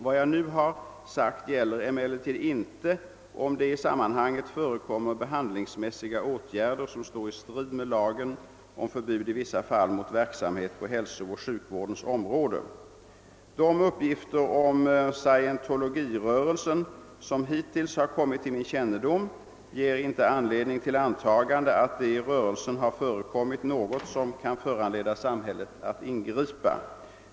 Vad jag nu har sagt gäller emellertid inte om det i sammanhanget förekommer behandlingsmässiga åtgärder som står i strid med lagen om förbud i vissa fall mot verksamhet på hälsooch sjukvårdens område. De uppgifter om scientologirörelsen som hittills har kommit till min kännedom ger inte anledning till antagande att det i rörelsen har förekommit något som kan föranleda samhället att ingripa.